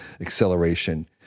acceleration